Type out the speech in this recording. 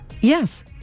Yes